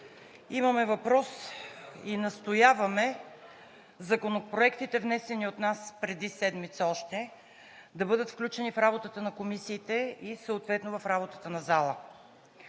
имаме въпрос и настояваме законопроектите, внесени от нас още преди седмица, да бъдат включени в работата на комисиите и съответно в работата на залата.